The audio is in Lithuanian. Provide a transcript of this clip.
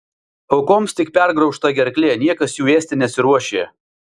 aukoms tik pergraužta gerklė niekas jų ėsti nesiruošė